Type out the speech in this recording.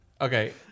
Okay